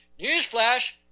newsflash